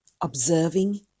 observing